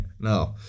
No